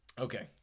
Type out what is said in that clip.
Okay